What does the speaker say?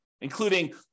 including